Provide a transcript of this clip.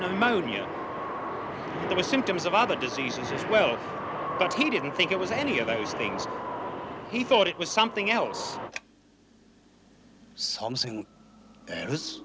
pneumonia it was symptoms of other diseases as well but he didn't think it was any of those things he thought it was something else so i'm saying